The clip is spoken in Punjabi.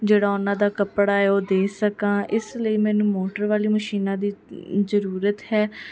ਜਿਹੜਾ ਉਨ੍ਹਾਂ ਦਾ ਕੱਪੜਾ ਹੈ ਉਹ ਦੇ ਸਕਾਂ ਇਸ ਲਈ ਮੈਨੂੰ ਮੋਟਰ ਵਾਲੀਆਂ ਮਸ਼ੀਨਾਂ ਦੀ ਜ਼ਰੂਰਤ ਹੈ